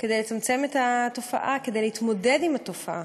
כדי לצמצם את התופעה, כדי להתמודד עם התופעה,